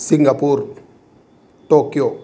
Singapore Tokyo